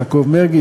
יעקב מרגי,